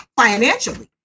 financially